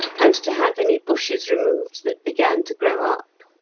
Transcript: and to have any bushes removed that began to grow up.